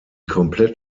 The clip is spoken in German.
komplett